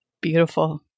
Beautiful